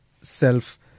self